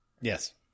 Yes